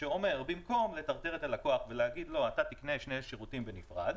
שאומר שבמקום לטרטר את הלקוח ולהגיד לו שאתה תקנה שני שירותים בנפרד,